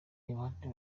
bande